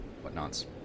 whatnots